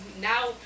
now